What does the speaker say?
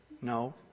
No